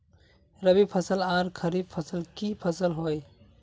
रवि फसल आर खरीफ फसल की फसल होय?